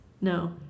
No